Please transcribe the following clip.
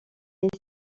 est